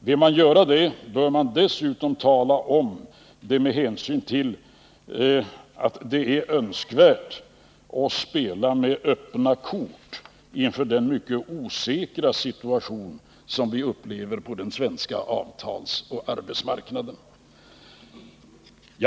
Vill man göra det bör man dessutom tala om det, med hänsyn till att det är önskvärt att spela med öppna kort inför den mycket osäkra situation som vi upplever på den svenska avtalsoch arbetsmarknaden.